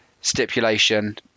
stipulation